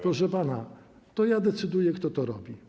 Proszę pana, to ja decyduję, kto to robi.